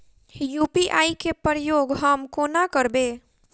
UPI केँ प्रयोग हम कोना करबे?